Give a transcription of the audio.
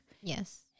Yes